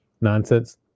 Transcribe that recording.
nonsense